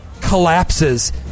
collapses